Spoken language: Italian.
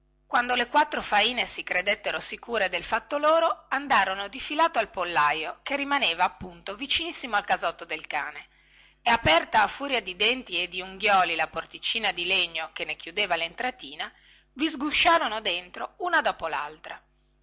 quando le quattro faine si credettero sicure del fatto loro andarono difilato al pollaio che rimaneva appunto vicinissimo al casotto del cane e aperta a furia di denti e di unghioli la porticina di legno che ne chiudeva lentratina vi sgusciarono dentro una dopo laltra